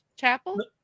chapel